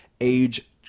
age